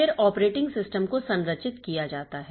फिर operating system को संरचित किया जाता है